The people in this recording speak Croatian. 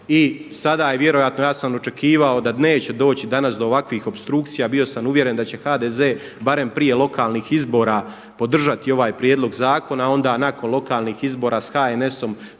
I sada je vjerojatno, ja sam očekivao da neće doći danas do ovakvih opstrukcija. Bio sam uvjeren da će HDZ barem prije lokalnih izbora podržati ovaj prijedlog zakona, a onda nakon lokalnih izbora sa HNS-om